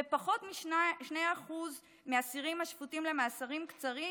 ופחות מ-2% מהאסירים השפוטים למאסרים קצרים